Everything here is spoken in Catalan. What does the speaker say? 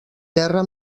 terra